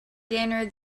dinner